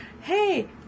hey